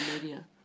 media